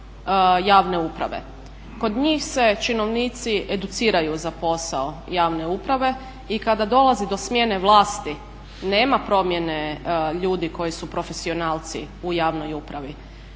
javne uprave. Kod njih se činovnici educiraju za posao javne uprave i kada dolazi do smjene vlasti nema promjene ljudi koji su profesionalci u javnoj upravi.